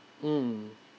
mm